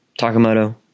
Takamoto